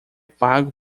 pago